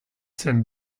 zen